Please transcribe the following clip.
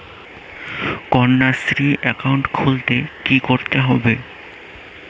Kanyashree account খুলতে কী করতে হবে?